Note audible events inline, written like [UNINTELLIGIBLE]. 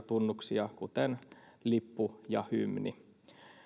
[UNINTELLIGIBLE] tunnuksia kuten lippu ja hymni